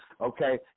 Okay